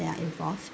that are involved